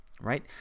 right